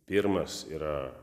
pirmas yra